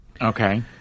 Okay